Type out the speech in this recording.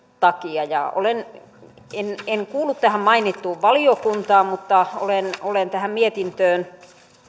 takia en en kuulu tähän mainittuun valiokuntaan mutta olen olen tähän mietintöön